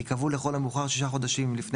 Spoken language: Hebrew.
ייקבעו לכל המאוחר שישה חודשים לפני